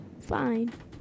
Fine